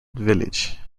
village